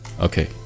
Okay